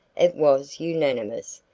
it was unanimous,